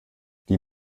die